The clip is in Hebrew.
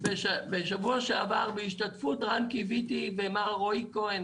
בשבוע שעבר בהשתתפות רן קיויתי ומר רועי כהן,